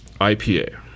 IPA